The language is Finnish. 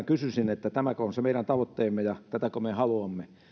kysyisin tämäkö on se meidän tavoitteemme ja tätäkö me haluamme